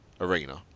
arena